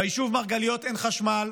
ביישוב מרגליות אין חשמל,